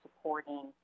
supporting